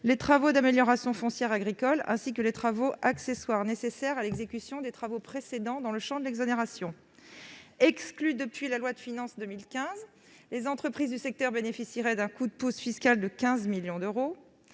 les travaux d'amélioration foncière agricole, ainsi que les travaux accessoires nécessaires à l'exécution des travaux précédents dans le champ de l'exonération. Exclues depuis la loi de finances 2015, les entreprises du secteur bénéficieraient d'un coup de pouce fiscal de 15 millions d'euros,